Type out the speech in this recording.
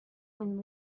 when